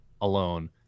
alone